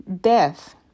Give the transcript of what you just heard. death